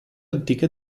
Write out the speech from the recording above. antiche